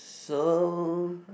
so